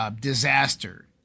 disaster